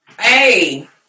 Hey